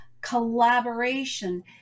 collaboration